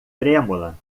trêmula